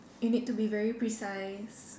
you need to be very precise